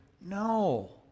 No